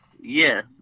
yes